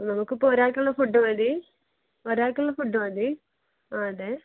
നമുക്കിപ്പോൾ ഒരാക്കൊള്ള ഫുഡ്ഡ് മതി ഒരാക്കൊള്ള ഫുഡ്ഡ് മതി ആ അതെ